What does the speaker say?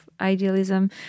idealism